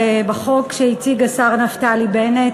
בחוק שהציג השר נפתלי בנט,